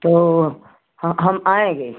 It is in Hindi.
तो हम आएँगे